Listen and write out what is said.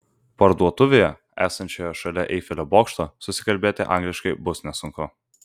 parduotuvėje esančioje šalia eifelio bokšto susikalbėti angliškai bus nesunku